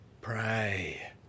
Pray